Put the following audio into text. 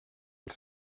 els